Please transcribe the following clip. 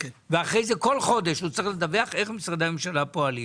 אבל הוא כל חודש צריך לדווח איך משרדי הממשלה פועלים.